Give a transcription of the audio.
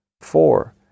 Four